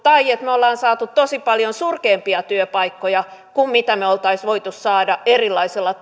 tai sitä että me olemme saaneet tosi paljon surkeampia työpaikkoja kuin me olisimme voineet saada erilaisella